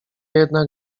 jednak